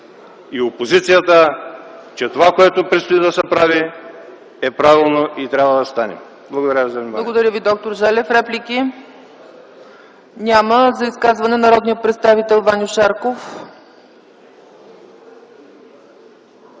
и опозицията, че това, което предстои да се прави, е правилно и трябва да стане. Благодаря Ви за вниманието.